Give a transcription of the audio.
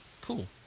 Cool